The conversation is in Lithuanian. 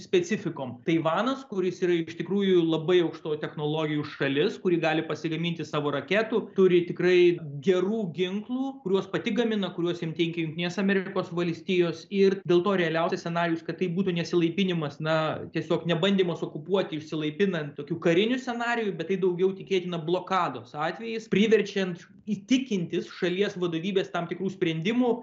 specifikom taivanas kuris yra iš tikrųjų labai aukštų technologijų šalis kuri gali pasigaminti savo raketų turi tikrai gerų ginklų kuriuos pati gamina kuriuos jiem teikia jungtinės amerikos valstijos ir dėl to realiausias scenarijus kad tai būtų nesilaipinimas na tiesiog nebandymas okupuoti išsilaipinant tokių karinių scenarijų bet tai daugiau tikėtina blokados atvejais priverčiant įtikinti šalies vadovybės tam tikrų sprendimų